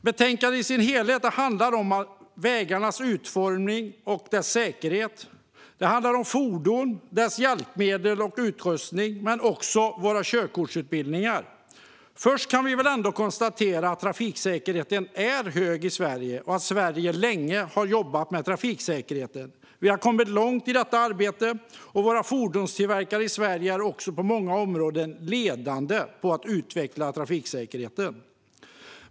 Betänkandet i sin helhet handlar om vägarnas utformning, säkerhet, fordon, hjälpmedel och utrustning samt körkortsutbildningar. Först kan vi ändå konstatera att trafiksäkerheten är hög i Sverige och att Sverige länge har jobbat med trafiksäkerhetsfrågor. Vi har kommit långt i detta arbete, och fordonstillverkarna i Sverige är på många områden ledande i arbetet med att utveckla trafiksäkerheten.